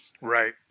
Right